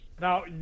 Now